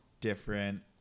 different